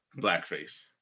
Blackface